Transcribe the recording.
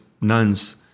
nun's